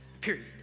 period